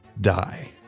die